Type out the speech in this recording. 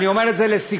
אני אומר את זה לסיכום,